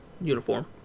uniform